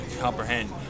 comprehend